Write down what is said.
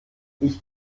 ich